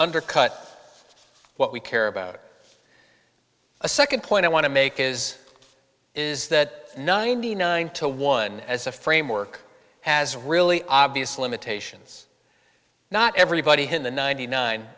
undercut what we care about it a second point i want to make is is that ninety nine to one as a framework has really obvious limitations not everybody in the ninety nine